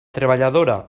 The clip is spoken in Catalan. treballadora